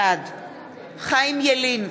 בעד חיים ילין,